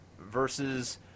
versus